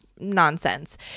Nonsense